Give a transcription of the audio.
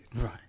right